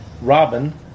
Robin